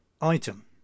Item